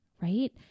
right